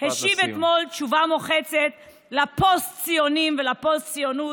עם ישראל השיב אתמול תשובה מוחצת לפוסט-ציונים ולפוסט-ציונות.